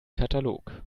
katalog